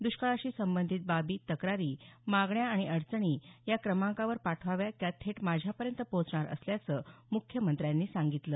दष्काळाशी संबंधित बाबी तक्रारी मागण्या आणि अडचणी या क्रमांकावर पाठवाव्यात त्या थेट माझ्यापर्यंत पोहोचणार असल्याचं मुख्यमंत्यांवरनी सांगितलं